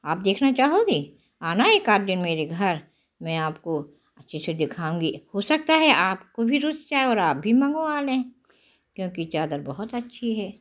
आप देखना चाहोगे आना एकाध दिन मेरे घर मैं आपको अच्छे से दिखाऊँगी हो सकता है आपको भी रुच जाए और आप भी मंगवा लें क्योंकि चादर बहुत अच्छी है